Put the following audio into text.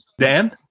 dan